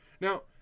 Now